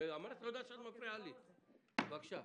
בבקשה.